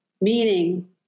meaning